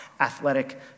athletic